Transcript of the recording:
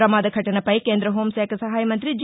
ప్రమాద ఘటనపై కేంద్ర హోంశాఖ సహాయ మంతి జి